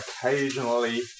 occasionally